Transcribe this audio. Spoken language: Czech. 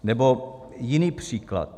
Nebo jiný příklad.